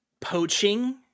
poaching